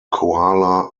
koala